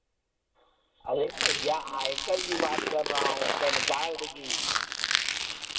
अरे भैया आयकर की बात कर रहा हूँ पैन कार्ड की